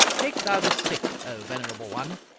take thou this stick, o venerable one,